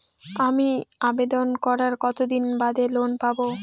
আমি আবেদন করার কতদিন বাদে লোন পাব?